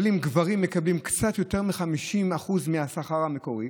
גברים מקבלים קצת יותר מ-50% מהשכר המקורי,